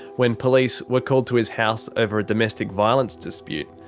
when police were called to his house over a domestic violence dispute,